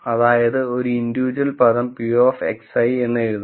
അതായതു ഒരു ഇന്റിവിജ്വൽ പദം p of xi എന്ന് എഴുതാം